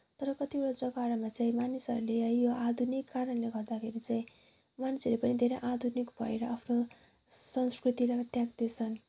तर कतिवटा जग्गाहरूमा चाहिँ मानिसहरूले है यो आधुनिक कारणले गर्दाखेरि चाहिँ मान्छेले पनि धेरै आधुनिक भएर आफ्नो संस्कृतिलाई त्याग्दैछन्